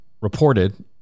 reported